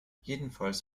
jedenfalls